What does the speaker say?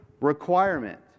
requirement